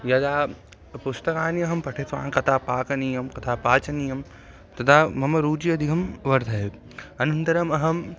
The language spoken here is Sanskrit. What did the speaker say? यदा पुस्तकानि अहं पठितवान् कथा पाचनीयं कथा पाचनीयं तदा मम रुचिः अधिकं वर्धयेत् अनन्तरम् अहम्